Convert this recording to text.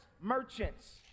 merchants